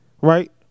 Right